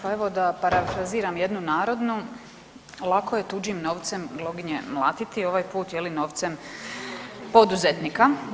Pa evo da parafraziram jednu narodnu, lako je tuđim novcem gloginje mlatiti ovaj put novcem poduzetnika.